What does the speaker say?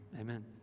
Amen